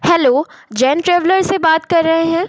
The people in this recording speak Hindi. हेलो जैन ट्रैवलर से बात कर रहे हैं